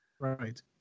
Right